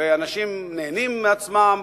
ואנשים נהנים מעצמם,